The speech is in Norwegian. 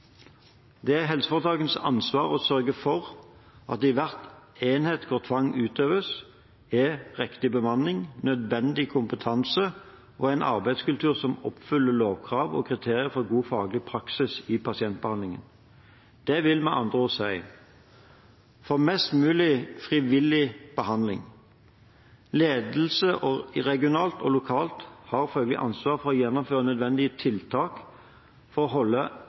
Det er helseforetakenes ansvar å sørge for at det i hver enhet hvor tvang utøves, er riktig bemanning, nødvendig kompetanse og en arbeidskultur som oppfyller lovkrav og kriterier for god faglig praksis i pasientbehandlingen. Det vil med andre ord si: for mest mulig frivillig behandling. Ledelsen regionalt og lokalt har følgelig ansvar for å gjennomføre nødvendige tiltak for å holde